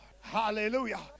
Hallelujah